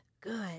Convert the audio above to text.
good